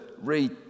read